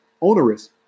onerous